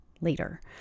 later